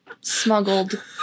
smuggled